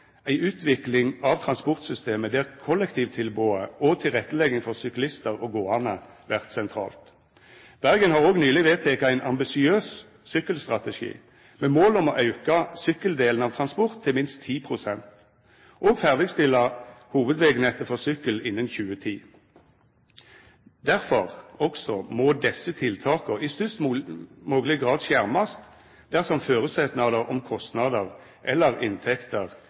ei utvikling av transportsystemet der kollektivtilbodet og tilrettelegging for syklistar og gåande vert sentralt. Bergen har òg nyleg vedteke ein ambisiøs sykkelstrategi med mål om å auka sykkeldelen av transporten til minst 10 pst. og ferdigstilla hovudvegnettet for sykkel innan 2019. Difor må også desse tiltaka i størst mogleg grad skjermast, dersom føresetnader om kostnader eller inntekter